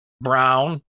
brown